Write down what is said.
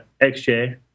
XJ